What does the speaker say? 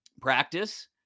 practice